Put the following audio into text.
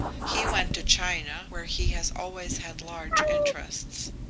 he went to china, where he has always had large interests.